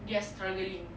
they're struggling